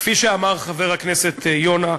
כפי שאמר חבר הכנסת יונה,